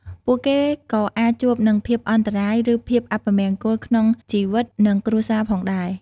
ពួកគេក៏អាចជួបនឹងភាពអន្តរាយ ឬភាពអពមង្គលក្នុងជីវិតនិងគ្រួសារផងដែរ។